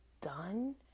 done